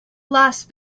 last